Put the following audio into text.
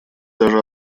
даже